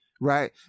right